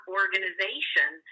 organization